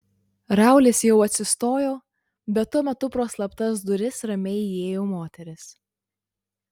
raulis jau atsistojo bet tuo metu pro slaptas duris ramiai įėjo moteris